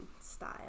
style